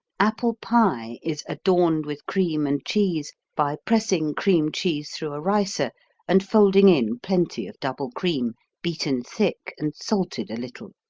apple pie is adorned with cream and cheese by pressing cream cheese through a ricer and folding in plenty of double cream beaten thick and salted a little.